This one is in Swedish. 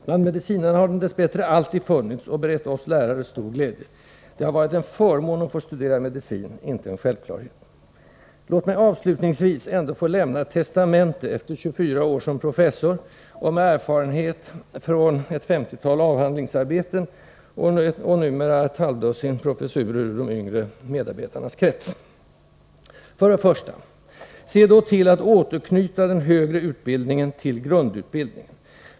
Bland medicinarna har den dess bättre alltid funnits och berett oss lärare stor glädje. Det har nämligen varit en förmån att få studera medicin, inte en självklarhet. Låt mig avslutningsvis ändå få lämna ett testamente, efter 24 år som professor och med erfarenhet från ett femtiotal avhandlingsarbeten och numera ett halvdussin professurer i de yngre medarbetarnas krets. För det första: Se till att återknyta den högre utbildningen till grundutbildningen!